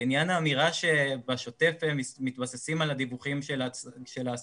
לעניין האמירה שבשוטף מתבססים על דיווחים של העסקים,